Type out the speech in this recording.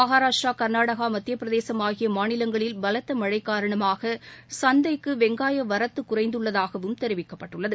மகாராஷ்டிரா கர்நாடக மத்திய பிரதேசம் ஆகிய மாநிலங்களில் பலத்த மழை காரணமாக சந்தைக்கு வெங்காய வரத்து குறைந்துள்ளதாகவும் தெரிவிக்கப்பட்டுள்ளது